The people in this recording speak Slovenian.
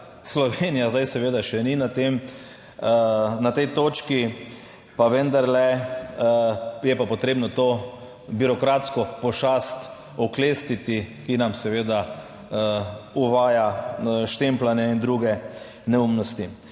Slovenija zdaj seveda še ni na tem, na tej točki, pa vendarle je pa potrebno to birokratsko pošast oklestiti, ki nam seveda uvaja štempljanje in druge neumnosti.